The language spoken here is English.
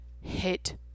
hit